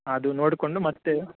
ಅದು ನೋಡಿಕೊಂಡು ಮತ್ತು